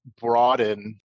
broaden